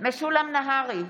משולם נהרי,